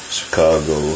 Chicago